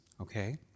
okay